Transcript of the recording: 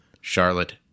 Charlotte